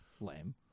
lame